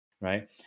right